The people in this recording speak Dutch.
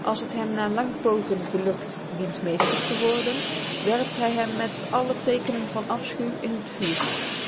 als het hem na lang pogen gelukt dien meester te worden werpt hij hem met alle teekenen van afschuw in het vuur